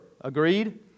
Agreed